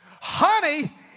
Honey